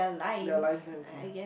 they're lines there okay